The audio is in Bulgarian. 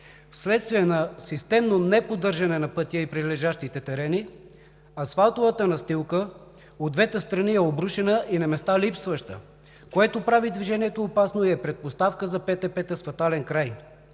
Вследствие на системно неподдържане на пътя и прилежащите терени асфалтовата настилка от двете страни е обрушена и на места липсваща, което прави движението опасно и е предпоставка за ПТП та с фатален край.